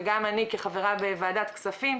וגם אני כחברה בוועדת הכספים,